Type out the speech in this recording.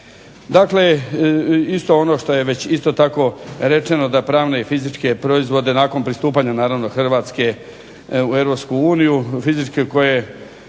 Dakle isto ono što je već isto tako rečeno da pravne i fizičke proizvode nakon pristupanja naravno Hrvatske u Europsku uniju,